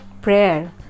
Prayer